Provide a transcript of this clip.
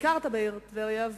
ביקרת בעיר טבריה,